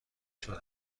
شده